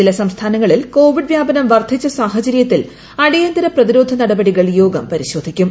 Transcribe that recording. ചില സംസ്ഥാനങ്ങളിൽ കോവിഡ് വ്യാപനം വർദ്ധിച്ച സാഹചര്യത്തിൽ അടിയന്തിര പ്രതിരോധ നടപടികൾ യോഗം പരിശോധിക്കും